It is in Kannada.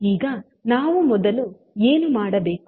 ಈಗ ನಾವು ಮೊದಲು ಏನು ಮಾಡಬೇಕು